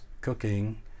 cooking